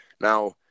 Now